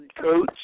coats